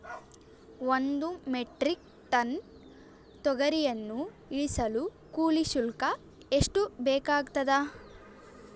ಒಂದು metric ton ತೊಗರಿಯನ್ನು ಇಳಿಸಲು ಕೂಲಿ ಶುಲ್ಕ ಎಷ್ಟು ಬೇಕಾಗತದಾ?